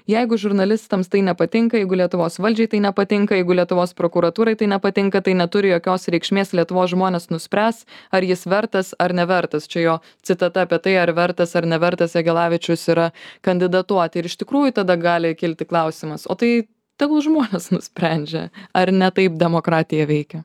jeigu žurnalistams tai nepatinka jeigu lietuvos valdžiai tai nepatinka jeigu lietuvos prokuratūrai tai nepatinka tai neturi jokios reikšmės lietuvos žmonės nuspręs ar jis vertas ar nevertas čia jo citata apie tai ar vertas ar nevertas jagelavičius yra kandidatuoti ir iš tikrųjų tada gali kilti klausimas o tai tegul žmonės nusprendžia ar ne taip demokratija veikia